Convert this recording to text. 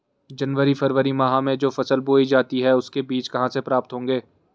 जनवरी फरवरी माह में जो फसल बोई जाती है उसके बीज कहाँ से प्राप्त होंगे?